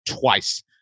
twice